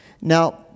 Now